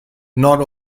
not